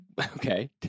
Okay